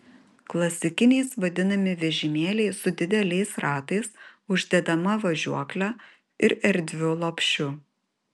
klasikiniais vadinami vežimėliai su dideliais ratais uždedama važiuokle ir erdviu lopšiu